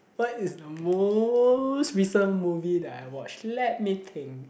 what is the most recent movie that I watch let me think